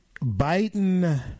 Biden